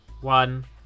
one